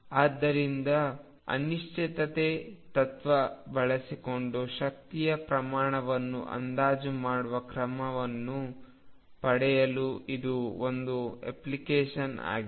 ಆದ್ದರಿಂದ ಅನಿಶ್ಚಿತತೆ ತತ್ವವನ್ನು ಬಳಸಿಕೊಂಡು ಶಕ್ತಿಯ ಪ್ರಮಾಣವನ್ನು ಅಂದಾಜು ಮಾಡುವ ಕ್ರಮವನ್ನು ಪಡೆಯಲು ಇದು ಒಂದು ಅಪ್ಲಿಕೇಶನ್ ಆಗಿದೆ